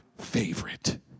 favorite